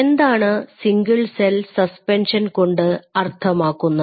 എന്താണ് single cell suspension കൊണ്ട് അർത്ഥമാക്കുന്നത്